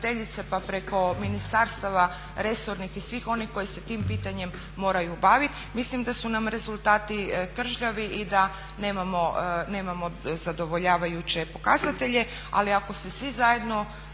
pa preko ministarstva resornih i svih onih koji se tim pitanjem moraju bavit. Mislim da su nam rezultati kržljavi i da nemamo zadovoljavajuće pokazatelje, ali ako se svi zajedno